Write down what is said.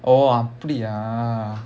oh அப்பிடியே:appidiyae